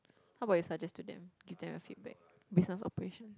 how about you suggest to them give them a feedback business operation